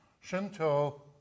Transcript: shinto